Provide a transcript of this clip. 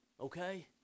okay